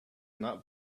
not